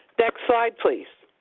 next slide, please.